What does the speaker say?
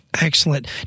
Excellent